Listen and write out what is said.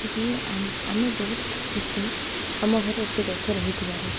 ତ ସେ ଆମେ ବହୁତ ଖୁସି ଆମ ଘରେ ଏତେ ଗଛ ରହିଥିବାରୁ